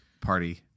party